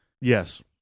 Yes